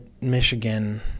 Michigan